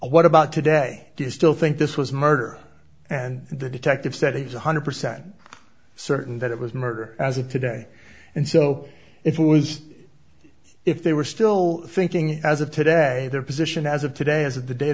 what about today you still think this was murder and the detective said it was one hundred percent certain that it was murder as of today and so it was if they were still thinking as of today their position as of today as of the day